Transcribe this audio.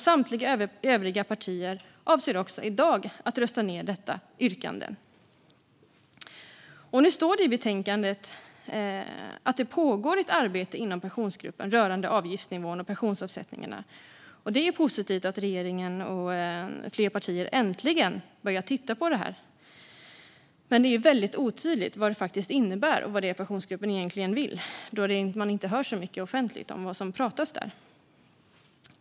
Samtliga övriga partier avser också i dag att rösta ned detta yrkande. Nu står det i betänkandet att det pågår ett arbete inom Pensionsgruppen rörande avgiftsnivån och pensionsavsättningarna. Det är positivt att regeringen och fler partier äntligen börjar titta på detta, men det är väldigt otydligt vad det faktiskt innebär och vad det är Pensionsgruppen egentligen vill. Man hör inte så mycket offentligt om vad det pratas om där.